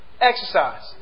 Exercise